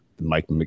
Mike